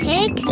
Pig